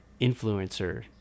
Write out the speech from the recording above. influencer